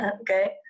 okay